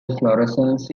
inflorescence